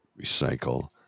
recycle